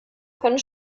können